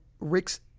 Rick's –